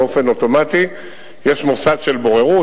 באופן אוטומטי יש מוסד של בוררות,